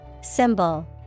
Symbol